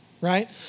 right